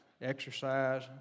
exercise